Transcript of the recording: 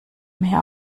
mir